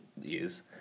use